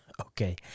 okay